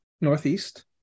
northeast